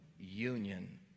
union